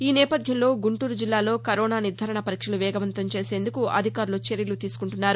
ఈ నేపథ్యంలో గుంటూరు జిల్లాలో కరోనా నిర్ధారణ పరీక్షలు వేగవంతం చేసేందుకు అధికారులు చర్యలు తీసుకుంటున్నారు